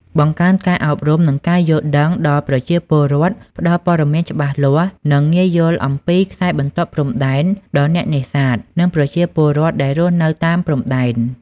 បង្កើនការអប់រំ និងការយល់ដឹងដល់ប្រជាពលរដ្ឋផ្តល់ព័ត៌មានច្បាស់លាស់ និងងាយយល់អំពីខ្សែបន្ទាត់ព្រំដែន ដល់អ្នកនេសាទ និងប្រជាពលរដ្ឋដែលរស់នៅតាមព្រំដែន។